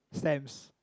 stamps